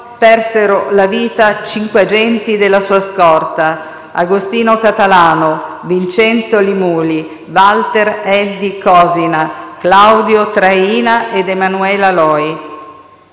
persero la vita cinque agenti della sua scorta: Agostino Catalano, Vincenzo Li Muli, Walter Eddie Cosina, Claudio Traina ed Emanuela Loi.